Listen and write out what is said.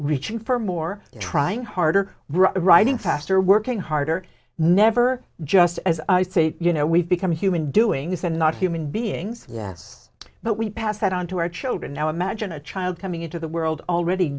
reaching for more trying harder writing faster working harder never just as i say you know we've become human doings and not human beings yes but we pass that on to our children now imagine a child coming into the world already